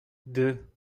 deux